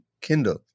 Kindle